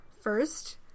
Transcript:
First